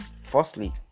firstly